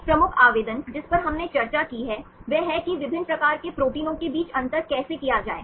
एक प्रमुख आवेदन जिस पर हमने चर्चा की वह है कि विभिन्न प्रकार के प्रोटीनों के बीच अंतर कैसे किया जाए